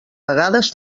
vegades